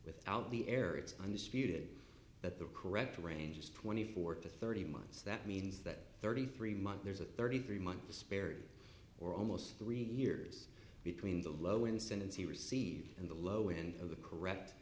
without the air it's undisputed that the correct range is twenty four to thirty months that means that thirty three months there's a thirty three month spare or almost three years between the low incidence he received and the low end of the correct